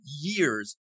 years